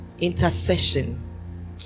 Intercession